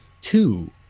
Two